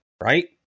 Right